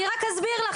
אני רק אסביר לך,